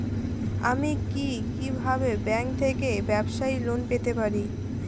আমি কি কিভাবে ব্যাংক থেকে ব্যবসায়ী লোন পেতে পারি?